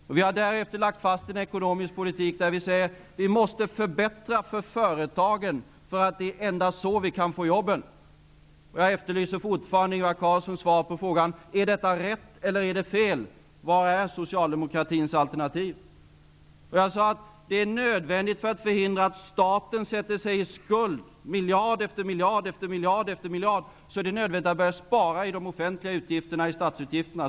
Därefter har vi lagt fast en ekonomisk politik, som innebär att vi måste förbättra för företagen, därför att det endast är så vi kan få fram jobben. Jag efterlyser fortfarande Ingvar Carlssons svar på frågan: Är detta rätt eller fel? Vad är socialdemokratins alternativ? Jag sade: För att förhindra att staten sätter sig i skuld med miljard efter miljard är det nödvändigt att börja spara i de offentliga utgifterna, i statsutgifterna.